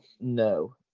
No